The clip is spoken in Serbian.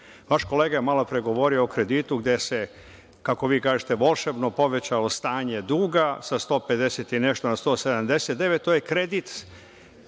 kolega je malo pre govorio o kreditu gde se, kako vi kažete volšebno povećao stanje duga, sa 150 i nešto na 179. To je kredit,